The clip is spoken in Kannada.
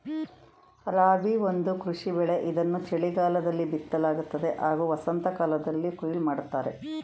ರಾಬಿ ಒಂದು ಕೃಷಿ ಬೆಳೆ ಇದನ್ನು ಚಳಿಗಾಲದಲ್ಲಿ ಬಿತ್ತಲಾಗ್ತದೆ ಹಾಗೂ ವಸಂತಕಾಲ್ದಲ್ಲಿ ಕೊಯ್ಲು ಮಾಡ್ತರೆ